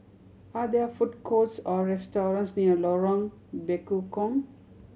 are there food courts or restaurants near Lorong Bekukong